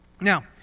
Now